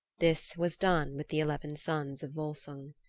this was done with the eleven sons of volsung.